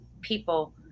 people